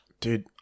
Dude